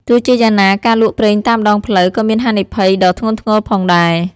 ទោះជាយ៉ាងណា ការលក់ប្រេងតាមដងផ្លូវក៏មានហានិភ័យដ៏ធ្ងន់ធ្ងរផងដែរ។